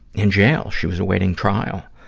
in jail. she was awaiting trial.